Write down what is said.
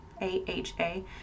A-H-A